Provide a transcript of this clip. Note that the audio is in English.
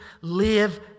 live